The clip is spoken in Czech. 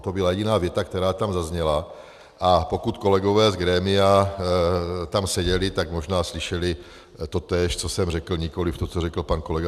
To byla jediná věta, která tam zazněla, a pokud kolegové z grémia tam seděli, tak možná slyšeli totéž, co jsem řekl, nikoliv to, co řekl pan kolega Ferjenčík.